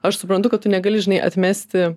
aš suprantu kad tu negali žinai atmesti